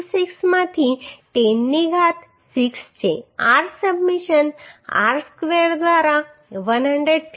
06 માંથી 10 ની ઘાત 6 છે r સબમિશન r સ્ક્વેર દ્વારા 115